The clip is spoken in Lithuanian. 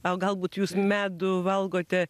o galbūt jūs medų valgote